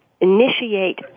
initiate